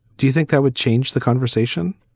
do you think that would change the conversation?